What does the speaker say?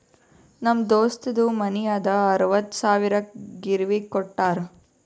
ನಮ್ ದೋಸ್ತದು ಮನಿ ಅದಾ ಅರವತ್ತ್ ಸಾವಿರಕ್ ಗಿರ್ವಿಗ್ ಕೋಟ್ಟಾರ್